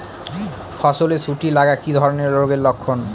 ফসলে শুটি লাগা কি ধরনের রোগের লক্ষণ?